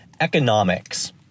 Economics